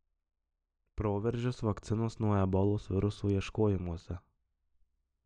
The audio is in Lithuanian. proveržis vakcinos nuo ebolos viruso ieškojimuose